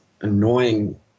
annoying